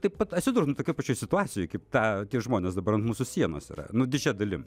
taip pat atsidurtum tokioj pačioj situacijoj kaip ta tie žmonės dabar ant mūsų sienos yra nu didžia dalim